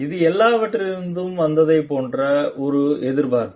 இது எல்லாவற்றிலிருந்தும் வந்ததைப் போன்ற ஒரு எதிர்பார்ப்பு